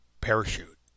parachute